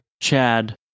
Chad